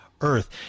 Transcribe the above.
Earth